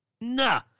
Nah